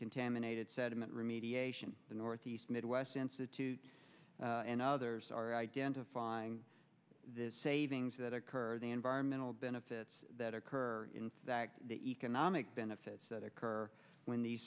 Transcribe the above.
contaminated sediment remediation the northeast midwest institute and others are identifying savings that occur the environmental benefits that occur in the economic benefits that occur when the